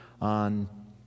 on